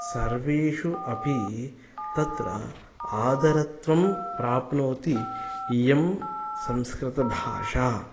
सर्वेषु अपि तत्र आदरत्वं प्राप्नोति इयं संस्कृतभाषा